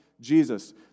Jesus